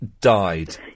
died